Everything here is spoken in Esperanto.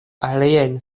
aliajn